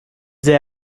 they